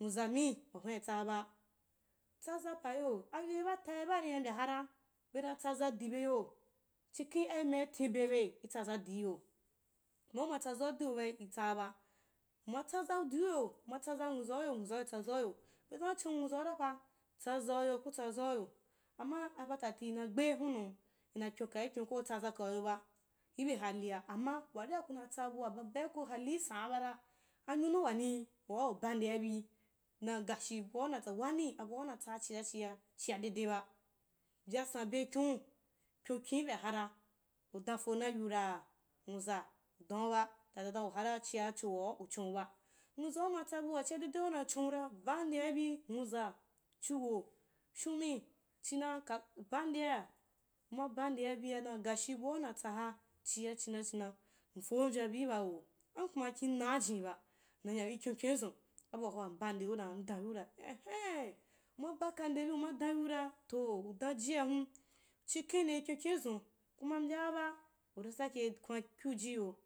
Nwuzami wahuna utsaaba. tsaza payo ayoi ba tai baa nina mbya hara bena tsaza dibeyo chikben ai ma item bebe itsaza dii yp,. ma uma tsaza diuyoba itsaaba, uma tsaza divya uma tsazo nmuzauyo be dan uchon nwuzarapa tsazauyo kutsazauyo. amma ai ba tati ina gboi hunnu una kyin kaikyon waria kuna tsa bua bubai ko halii sana bara anyonwu wani waa uba dea bi dan gashi bua natsa wani cibua ubatsaa chia dedeba mbyasan bekyoriu. kyonkyon ibe a hara. udan ro na yiu ra? Nwuza udan uba, tanadan wahara chia chowaa uchon uba, nwuzaua matsa buacia dede ba una chonvra bau nde abi wza. chuho, shumi zhina ka bandea, uma ban ndea bia dan gashi bua uma tsaha chiha china china mpomvya biu bwa a kuma kin naa jiniba nnaya ikon kyonizun abuahwa enheen, uma baka ndebi uma dan yiura, udajia hun chikhen nii kyon kyonizun kuma mbyaaba uri sakekwan kyujiyo.